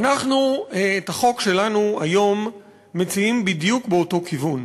את החוק שלנו היום אנחנו מציעים בדיוק באותו כיוון.